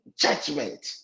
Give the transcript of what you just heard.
judgment